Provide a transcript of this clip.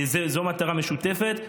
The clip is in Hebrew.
זו מטרה משותפת.